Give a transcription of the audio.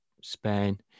Spain